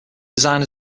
design